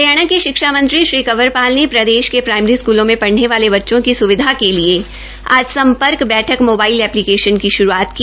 हरियाणा के शिक्षा मंत्री श्री कंवर पाल ने प्रदेश के प्राइमरी स्कूलों में प ने वाले बच्चों की सुविधा के लिए आज Sampark Baithak mobile application launch की